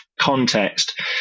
context